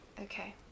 Okay